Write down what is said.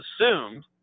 assumed